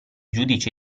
giudice